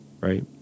right